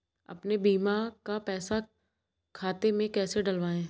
अपने बीमा का पैसा खाते में कैसे डलवाए?